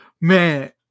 Man